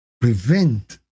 prevent